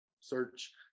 search